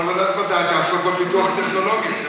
אבל ועדת המדע תעסוק בפיתוח הטכנולוגי.